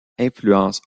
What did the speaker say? influences